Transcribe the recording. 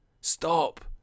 Stop